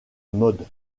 modes